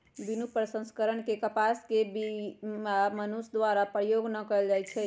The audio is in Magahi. बिनु प्रसंस्करण के कपास के बीया मनुष्य द्वारा प्रयोग न कएल जाइ छइ